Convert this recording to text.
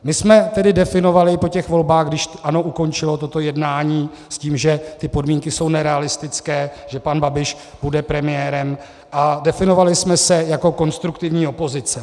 My jsme tedy definovali po těch volbách, když ANO ukončilo toto jednání s tím, že ty podmínky jsou nerealistické, že pan Babiš bude premiérem, a definovali jsme se jako konstruktivní opozice.